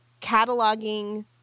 cataloging